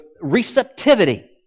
receptivity